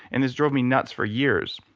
and this drove me nuts for years.